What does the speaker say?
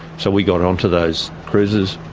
so we got onto those cruises.